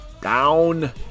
down